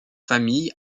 famille